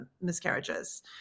miscarriages